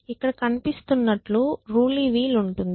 ఇక్కడ కనిపిస్తున్నట్లు రూలీ వీల్ ఉంటుంది